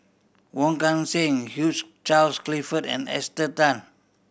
Wong Kan Seng Hugh Charles Clifford and Esther Tan